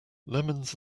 lemons